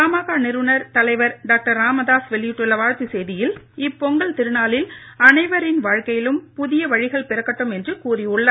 பாமக நிறுவனர் தலைவர் டாக்டர் ராமதாஸ் வெளியிட்டுள்ள செய்தியில் இப்பொங்கல் திருநாளில் அனைவரின் வாழ்த்துச் வாழ்க்கையிலும் புதிய வழிகள் பிறக்கட்டும் என கூறியுள்ளார்